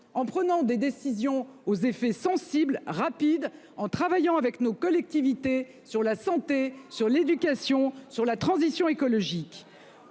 en prenant des décisions aux effets sensibles et rapides, en travaillant avec nos collectivités sur la santé, sur l'éducation et sur la transition écologique.